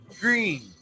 Green